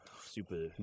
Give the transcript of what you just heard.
super